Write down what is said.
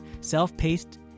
self-paced